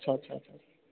अच्छा अच्छा